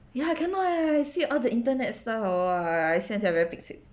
ya I cannot leh I see the internet star hor I see until I very pek cek